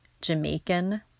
Jamaican